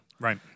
Right